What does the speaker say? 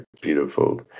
beautiful